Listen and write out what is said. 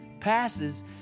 passes